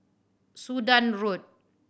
Sudan Road